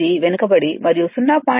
8 వెనుకబడి మరియు 0